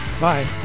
Bye